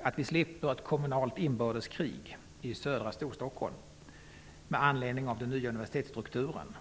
om att vi slipper ett kommunalt inbördeskrig i södra Storstockholm med anledning av den nya universitetsstrukturen.